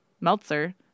Meltzer